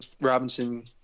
Robinson